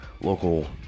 local